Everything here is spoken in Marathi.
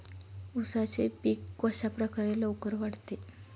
उसाचे पीक कशाप्रकारे लवकर वाढते?